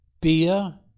Beer